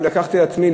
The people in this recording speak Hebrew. אני לקחתי על עצמי,